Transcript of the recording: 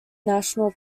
national